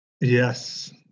Yes